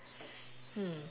hmm